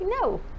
no